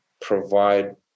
provide